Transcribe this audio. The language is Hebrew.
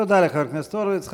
תודה לחבר הכנסת הורוביץ.